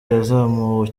yazamuwe